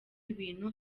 ibintu